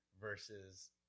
Versus